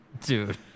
Dude